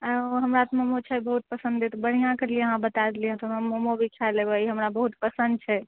ओ हमरा तऽ मोमो छै बहुत पसन्द बढ़िऑं केलिए अहाँ बताए देलिए तऽ हम मोमो भी खाए लेबै ई हमरा बहुत पसन्द छै